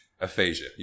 Aphasia